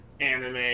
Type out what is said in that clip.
anime